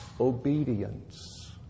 obedience